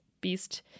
beast